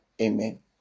Amen